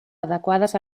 adequades